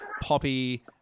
poppy